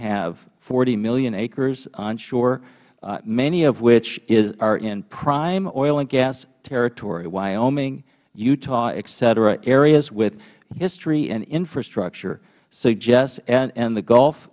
have forty million acres onshore many of which are in prime oil and gas territoryh wyoming utah et ceterah areas with history and infrastructure suggesth and the gulf